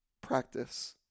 practice